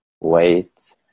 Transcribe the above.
wait